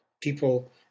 people